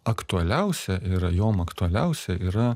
aktualiausia yra jom aktualiausia yra